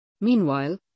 Meanwhile